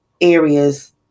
areas